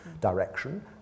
direction